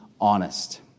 honest